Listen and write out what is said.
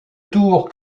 tour